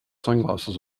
sunglasses